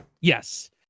Yes